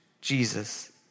Jesus